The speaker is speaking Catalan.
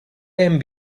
hem